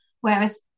Whereas